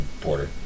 porter